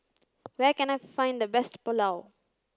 where can I find the best Pulao